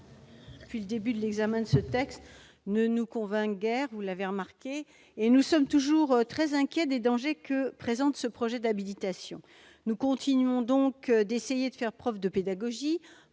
depuis le début de l'examen de ce texte ne nous convainquent guère, vous l'avez remarqué, et nous sommes toujours très inquiets des dangers que présente ce projet d'habilitation. Nous continuons d'essayer de faire preuve de pédagogie